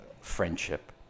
friendship